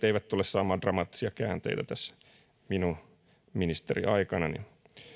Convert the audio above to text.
eivät tule saamaan dramaattisia käänteitä tässä minun ministeriaikanani